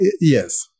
Yes